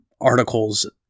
articles